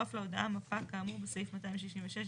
תצורף להודעה מפה כאמור בסעיף 266ג3(ב)(4).